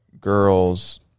girls